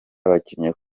abakinnyi